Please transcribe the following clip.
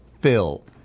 Phil